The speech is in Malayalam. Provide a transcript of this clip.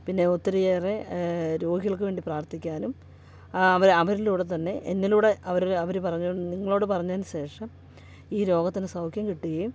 പിന്നെ ഒത്തിരി ഏറെ രോഗികൾക്ക് വേണ്ടി പ്രാർത്ഥിക്കാനും അവരിലൂടെ തന്നെ എന്നിലൂടെ അവർ അവർ പറഞ്ഞ നിങ്ങളോട് പറഞ്ഞതിന് ശേഷം ഈ രോഗത്തിൽ നിന്ന് സൗഖ്യം കിട്ടുകേം